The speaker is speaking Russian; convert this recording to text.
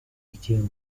делает